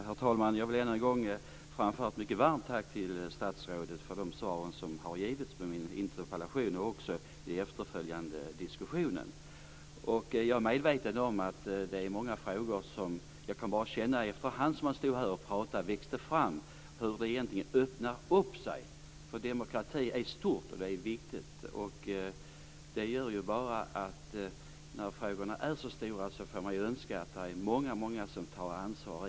Herr talman! Jag vill än en gång framföra ett mycket varmt tack till statsrådet för de svar som har givits på min interpellation liksom för den efterföljande diskussionen. Jag har under diskussionen känt att det efterhand öppnar sig i många frågor. Demokratin är en stor och viktig fråga, och när det gäller en så stor angelägenhet önskar man att många tar ett ansvar.